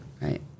right